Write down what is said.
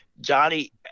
Johnny